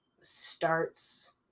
starts